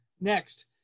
Next